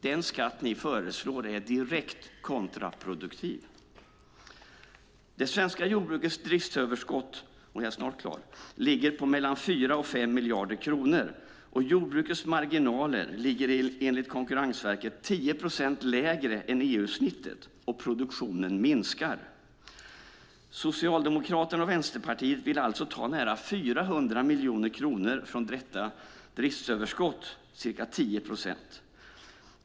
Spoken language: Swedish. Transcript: Den skatt ni föreslår är direkt kontraproduktiv. Det svenska jordbrukets driftsöverskott ligger på 4-5 miljarder kronor. Jordbrukets marginaler ligger enligt Konkurrensverket 10 procent lägre än EU-snittet, och produktionen minskar. Socialdemokraterna och Vänsterpartiet vill ta nära 400 miljoner kronor från detta driftsöverskott, ca 10 procent.